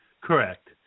Correct